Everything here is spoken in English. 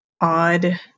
odd